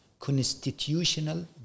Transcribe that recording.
Constitutional